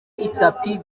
itapi